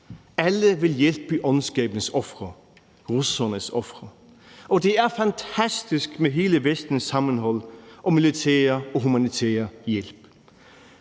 alle vil hjælpe ondskabens ofre, russernes ofre, og det er fantastisk med hele Vestens sammenhold og militære og humanitære hjælp.